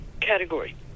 category